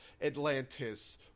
Atlantis